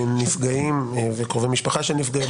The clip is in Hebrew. נפגעים וקרובי משפחה של נפגעים,